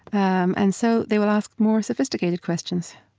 um and so they will ask more sophisticated questions,